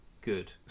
good